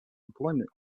employment